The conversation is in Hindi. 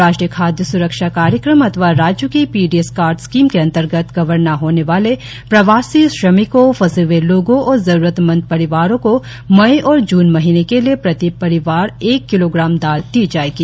राष्ट्रीय खादय स्रक्षा कार्यक्रम अथवा राज्यों की पीडीएस कार्ड स्कीम के अंतर्गत कवर न होने वाले प्रवासी श्रमिकों फंसे हुए लोगों और जरूरतमंद परिवारों को मई और जून महीने के लिए प्रति परिवार एक किलोग्राम दाल दी जाएगी